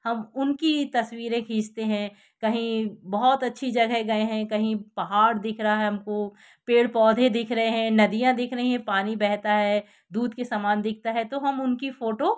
हम उनकी ही तस्वीरें खींचते हैं कहीं बहुत अच्छी जगह गए हैं कहीं पहाड़ दिख रहा है हमको पेड़ पौधे दिख रहे हैं नदियाँ दिख रही हैं पानी बहता है दूध के समान दिखता है तो हम उनकी फ़ोटो